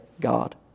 God